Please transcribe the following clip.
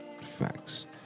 facts